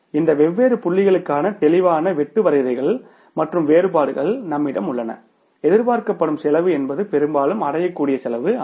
இந்த வெவ்வேறு புள்ளிகளுக்கான தெளிவான வெட்டு வரையறைகள் மற்றும் வேறுபாடுகள் நம்மிடம் உள்ளன எதிர்பார்க்கப்படும் செலவு என்பது பெரும்பாலும் அடையக்கூடிய செலவு ஆகும்